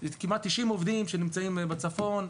כמעט 90 עובדים שנמצאים בצפון.